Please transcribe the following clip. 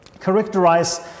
characterize